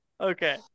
Okay